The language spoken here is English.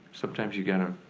sometimes you gotta